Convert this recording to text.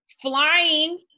flying